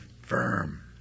Firm